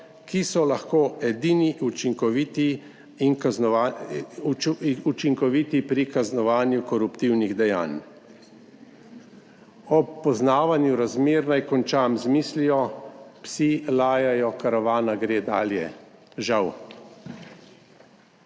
ki so lahko edini učinkoviti pri kaznovanju koruptivnih dejanj. Ob poznavanju razmer naj končam z mislijo, psi lajajo, karavana gre dalje. Žal.